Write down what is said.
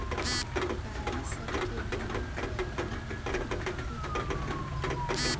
गाड़ी सब के बीमा कइल बहुते जरूरी होखेला